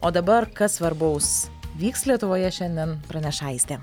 o dabar kas svarbaus vyks lietuvoje šiandien praneš aistė